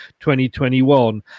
2021